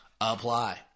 apply